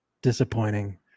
disappointing